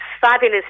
fabulous